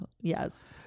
yes